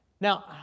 Now